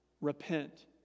repent